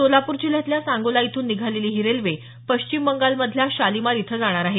सोलापूर जिल्ह्यातल्या सांगोला इथून निघालेली ही रेल्वे पश्चिम बंगालमधल्या शालिमार इथं जाणार आहे